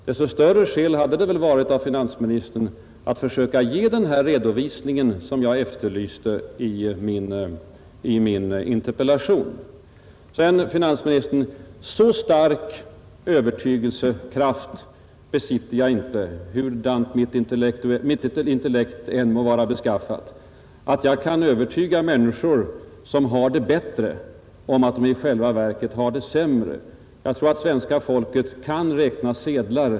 Desto större skäl hade det varit för finansministern att försöka ge den redovisning som jag efterlyste i min interpellation. Sedan vill jag säga till finansministern, att så stark övertygelsekraft besitter jag inte, hurudant mitt intellekt än må vara beskaffat, att jag kan övertyga människor som har det bra om att de i själva verket har det dåligt. Jag tror att svenska folket kan räkna sedlar.